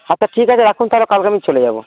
আচ্ছা ঠিক আছে রাখুন তাহলে কালকে আমি চলে যাব